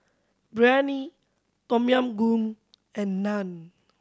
Biryani Tom Yam Goong and Naan